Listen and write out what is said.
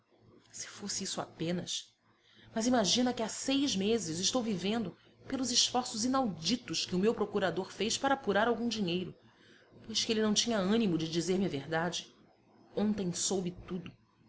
se fosse isso apenas mas imagina que há seis meses estou vivendo pelos esforços inauditos que o meu procurador fez para apurar algum dinheiro pois que ele não tinha ânimo de dizer-me a verdade ontem soube tudo